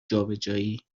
جابجایی